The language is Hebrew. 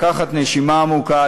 לקחת נשימה עמוקה,